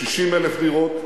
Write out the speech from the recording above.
60,000 דירות,